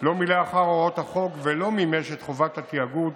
לא מילא אחר הוראות החוק ולא מימש את חובת התיאגוד